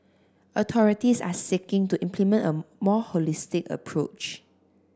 authorities are seeking to implement a more holistic approach